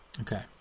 okay